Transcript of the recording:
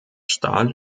stahl